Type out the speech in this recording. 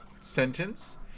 sentence